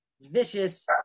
vicious